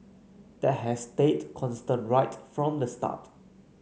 that has stayed constant right from the start